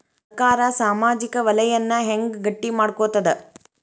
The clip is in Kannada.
ಸರ್ಕಾರಾ ಸಾಮಾಜಿಕ ವಲಯನ್ನ ಹೆಂಗ್ ಗಟ್ಟಿ ಮಾಡ್ಕೋತದ?